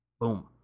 Boom